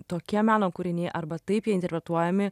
tokie meno kūriniai arba taip jie interpretuojami